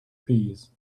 peas